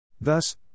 Thus